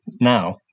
now